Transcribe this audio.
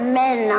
men